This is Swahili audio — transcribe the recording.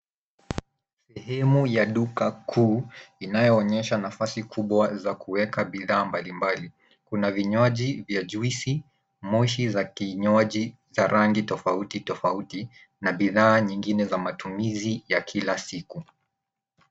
Sehemu ya duka kuu inayoonyesha nafasi kubwa za kuweka bidhaa mbalimbali. Kuna vinywaji vya juisi moshi za vinywaji vya rangi tofauti tofauti na bidhaa nyingine za matumizi ya kila siku.